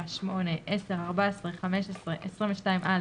7, 8, 10, 14, 15, 22(א),